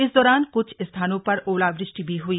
इस दौरान कुछ स्थानों पर ओलावृष्टि भी हुई